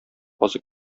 азык